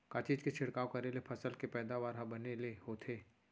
का चीज के छिड़काव करें ले फसल के पैदावार ह बने ले होथे?